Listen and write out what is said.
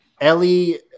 Ellie